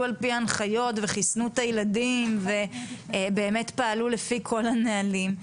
לפי ההנחיות וחיסנו את הילדים ובאמת פעלו לפי כל הנהלים,